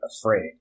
afraid